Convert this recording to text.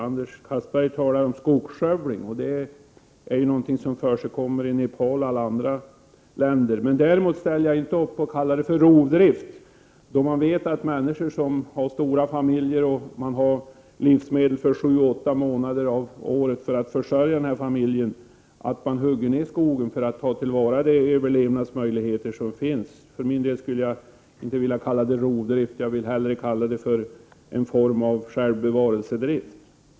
Anders Castberger talar om skogsskövling, och det är något som förekommer både i Nepal och i alla andra länder. Jag vill däremot inte kalla det för rovdrift. När människor som har stora familjer men som har tillgång till livsmedel bara för sju till åtta månader av året, hugger ned skogen för att försörja familjen och därigenom ta till vara de överlevnadsmöjligheter som de har, vill jag för min del inte kalla det för rovdrift. Jag vill hellre kalla det en form av självbevarelsedrift.